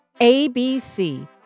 ABC